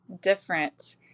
different